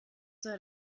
soll